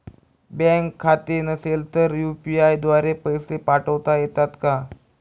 बँकेत खाते नसेल तर यू.पी.आय द्वारे पैसे पाठवता येतात का?